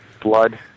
blood